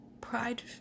pride